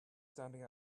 standing